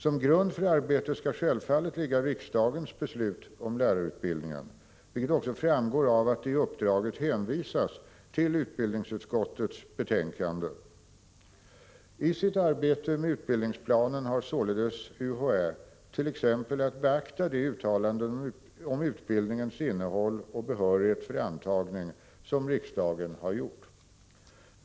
Som grund för arbetet skall självfallet ligga riksdagens beslut om lärarutbildningen, vilket också framgår av att det i uppdraget hänvisas till utbildningsutskottets betänkande . I sitt arbete med utbildningsplanen har således UHÄ t.ex. att beakta de uttalanden om utbildningens innehåll och om behörighet för antagning som riksdagen har gjort.